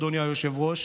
אדוני היושב-ראש,